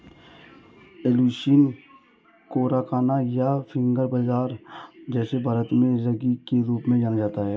Eleusine coracana, या finger बाजरा, जिसे भारत में रागी के रूप में जाना जाता है